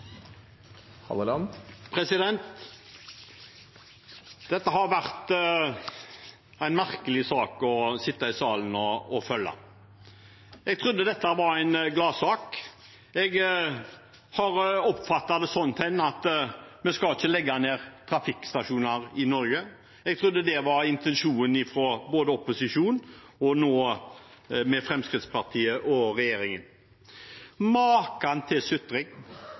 Dette har vært en merkelig sak å sitte i salen og følge. Jeg trodde dette var en gladsak. Jeg har oppfattet det sånn at vi ikke skal legge ned trafikkstasjoner i Norge. Jeg trodde det var intensjonen til både opposisjonen og nå Fremskrittspartiet og regjeringen. Maken til sutring!